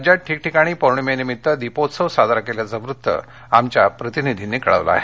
राज्यात ठिकठिकाणी पौर्णिमेनिमित्त दीपोत्सव साजरा केल्याच वृत्त आमच्या प्रतिनिधींनी कळवलं आहे